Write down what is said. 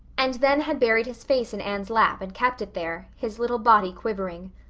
and then had buried his face in anne's lap and kept it there, his little body quivering.